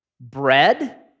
Bread